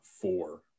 four